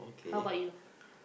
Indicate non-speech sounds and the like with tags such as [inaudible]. how about you [breath]